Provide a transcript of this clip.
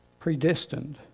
predestined